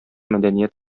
мәдәният